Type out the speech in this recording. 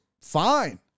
Fine